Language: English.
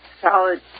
solid